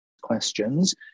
questions